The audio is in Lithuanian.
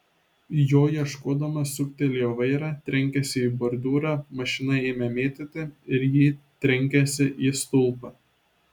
jo ieškodamas suktelėjo vairą trenkėsi į bordiūrą mašiną ėmė mėtyti ir ji trenkėsi į stulpą